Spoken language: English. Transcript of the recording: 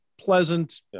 pleasant